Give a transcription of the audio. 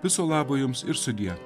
viso labo jums ir sudie